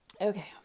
Okay